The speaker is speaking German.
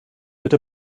bitte